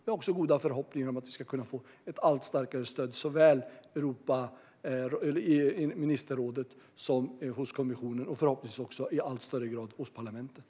Vi har också goda förhoppningar om att kunna få ett allt starkare stöd såväl i ministerrådet som hos kommissionen och förhoppningsvis också i allt högre grad hos parlamentet.